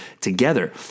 together